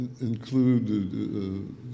include